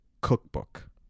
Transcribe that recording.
cookbook